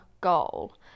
goal